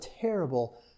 terrible